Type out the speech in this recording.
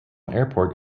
airport